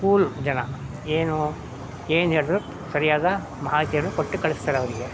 cool ಜನ ಏನು ಏನು ಹೇಳಿದ್ರು ಸರಿಯಾದ ಮಾಹಿತಿಯನ್ನು ಕೊಟ್ಟು ಕಳ್ಸ್ತಾರೆ ಅವ್ರಿಗೆ